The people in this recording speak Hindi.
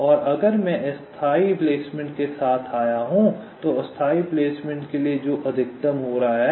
तो अगर मैं अस्थायी प्लेसमेंट के साथ आया हूं तो अस्थायी प्लेसमेंट के लिए जो अधिकतम हो रहा है